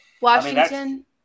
Washington